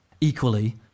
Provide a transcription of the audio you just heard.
equally